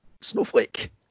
snowflake